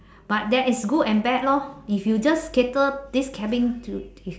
but there is good and bad lor if you just cater this cabin to the